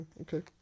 okay